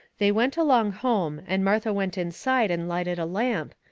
they went along home, and martha went inside and lighted a lamp,